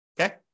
Okay